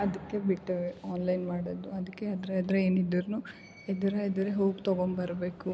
ಅದಕ್ಕೆ ಬಿಟ್ಟೇವಿ ಆನ್ಲೈನ್ ಮಾಡೋದು ಅದ್ಕೆ ಅದರ ಎದರು ಏನಿದ್ರು ಎದುರು ಎದುರೇ ಹೋಗಿ ತಗೊಂಬರಬೇಕು